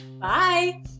Bye